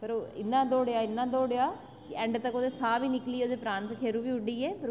ते ओह् इन्ना दौड़ेआ इन्ना दौड़ेआ की एंड धोड़ी ओह्दे साह् बी निकली गे ते प्राण बी उड्डी गै उसदे भी